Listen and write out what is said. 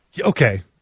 Okay